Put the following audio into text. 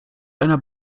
einer